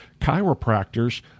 chiropractors